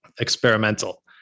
experimental